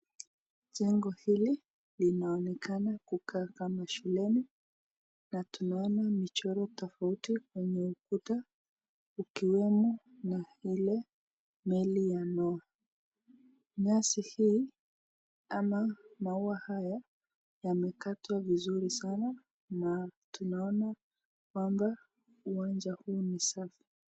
Jengo hili linaonekana kukaa kama shuleni na tunaona michoro tofauti kwenye ukuta ukiwemo na ile meli ya Noah. Nyasi hii ama maua haya yamekatwa vizuri sana na tunaona kwamba uwanja huu ni safi.